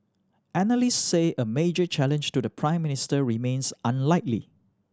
analysts say a major challenge to the Prime Minister remains unlikely